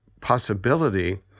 possibility